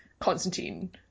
Constantine